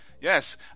yes